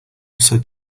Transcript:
also